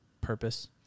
purpose